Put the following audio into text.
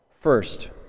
First